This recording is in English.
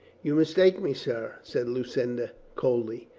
you mistake me, sir, said lucinda coldly.